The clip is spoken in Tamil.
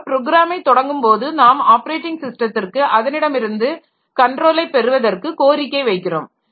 ஆக ப்ரோக்ராமை தொடங்கும்போது நாம் ஆப்பரேட்டிங் ஸிஸ்டத்திற்கு அதனிடமிருந்து கண்ட்ரோலை பெறுவதற்கு கோரிக்கை வைக்கிறோம்